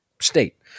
state